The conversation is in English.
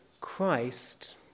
Christ